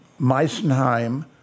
Meissenheim